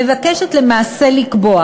מבקשת למעשה לקבוע